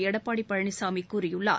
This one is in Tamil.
எடப்பாடி பழனிசாமி கூறியுள்ளார்